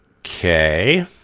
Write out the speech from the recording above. okay